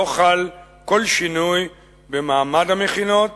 לא חל כל שינוי במעמד המכינות